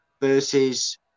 versus